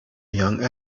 young